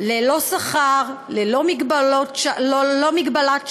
ללא שכר, ללא מגבלת שעות,